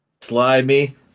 slimy